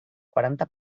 quaranta